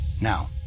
Now